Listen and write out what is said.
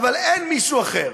אבל אין מישהו אחר.